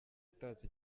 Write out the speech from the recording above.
itatse